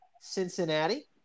Cincinnati